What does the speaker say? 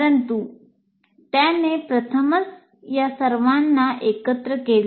परंतु त्याने प्रथमच या सर्वांना एकत्र केले